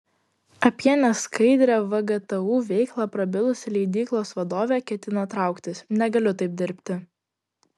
apie neskaidrią vgtu veiklą prabilusi leidyklos vadovė ketina trauktis negaliu taip dirbti